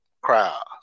Crowd